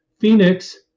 Phoenix